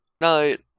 Night